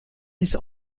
his